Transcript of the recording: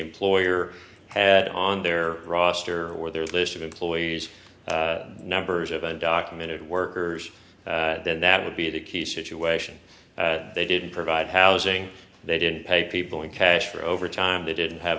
employer had on their roster or their list of employees numbers of undocumented workers then that would be the key situation they didn't provide housing they didn't pay people in cash for overtime they didn't have